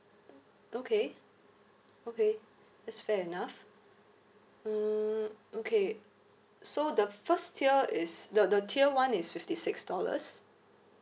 okay okay that's fair enough um okay so the first tier is the the tier one is fifty six dollars